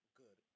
good